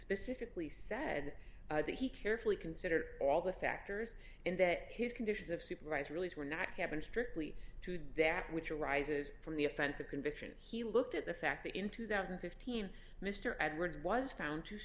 specifically said that he carefully considered all the factors and that his conditions of supervised release were not happen strictly to that which arises from the offense a conviction he looked at the fact that in two thousand and fifteen mr edwards was found to